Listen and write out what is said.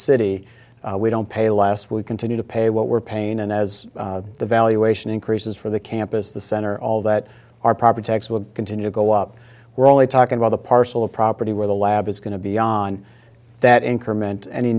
city we don't pay last we continue to pay what we're paying and as the valuation increases for the campus the center all that our property tax will continue to go up we're only talking about the parcel of property where the lab is going to be on that increment any